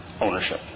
ownership